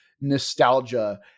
nostalgia